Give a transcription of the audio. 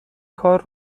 کار